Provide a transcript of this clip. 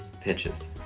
pitches